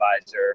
advisor